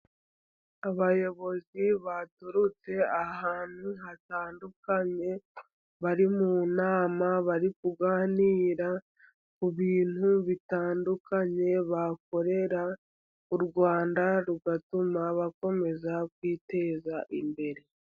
Abayobozi baturutse ahantu hatandukanye, bari mu nama, bari kuganira ku bintu bitandukanye bakorera u Rwanda, rugatuma bakomeza kwiteza imbere.